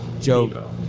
Joe